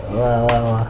!wah! !wah! !wah!